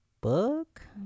book